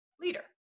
leader